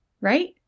right